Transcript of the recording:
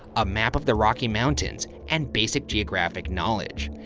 a map of the rocky mountains, and basic geographic knowledge.